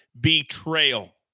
betrayal